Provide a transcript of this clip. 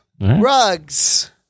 Rugs